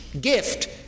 gift